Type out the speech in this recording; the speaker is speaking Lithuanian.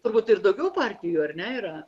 turbūt ir daugiau partijų ar ne yra